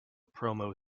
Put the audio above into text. promo